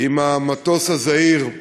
עם המטוס הזעיר.